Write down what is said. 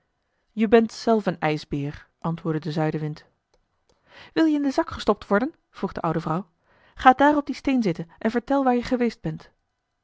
je bent zelf een ijsbeer antwoordde de zuidenwind wil je in den zak gestopt worden vroeg de oude vrouw ga daar op dien steen zitten en vertel waar je geweest bent